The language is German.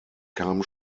kam